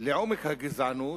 לעומק הגזענות,